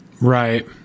Right